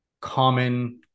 common